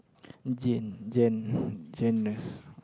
gen~ generous